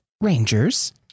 rangers